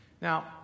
Now